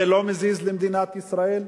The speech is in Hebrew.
זה לא מזיז למדינת ישראל?